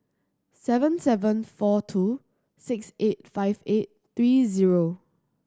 seven seven four two six eight five eight three zero